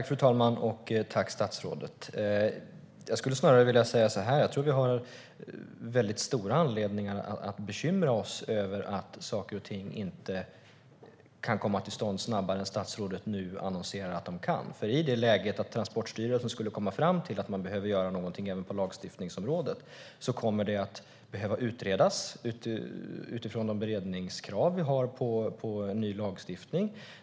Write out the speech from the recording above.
Fru talman! Jag skulle snarare vilja säga så här: Jag tror att vi har stora anledningar att bekymra oss över att saker och ting inte kan komma till stånd snabbare än statsrådet nu annonserar att de kan. Om Transportstyrelsen skulle komma fram till att man behöver göra någonting även på lagstiftningsområdet kommer det att behöva utredas utifrån de beredningskrav vi har i fråga om ny lagstiftning.